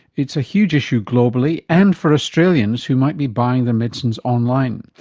it's a huge issue globally and for australians who might be buying their medicines online.